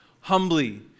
humbly